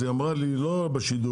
אז היא אמרה לי לא בשידור,